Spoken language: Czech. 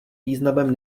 významem